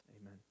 Amen